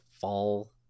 fall